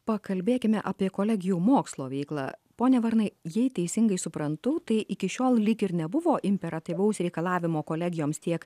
pakalbėkime apie kolegijų mokslo veiklą pone varnai jei teisingai suprantu tai iki šiol lyg ir nebuvo imperatyvaus reikalavimo kolegijoms tiek